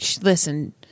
listen